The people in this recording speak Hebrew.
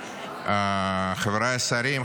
חבריי השרים,